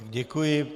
Děkuji.